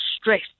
stress